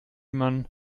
man